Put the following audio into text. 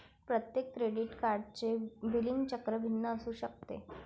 प्रत्येक क्रेडिट कार्डचे बिलिंग चक्र भिन्न असू शकते